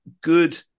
good